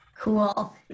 Cool